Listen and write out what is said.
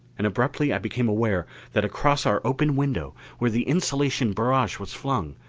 and abruptly i became aware that across our open window, where the insulation barrage was flung,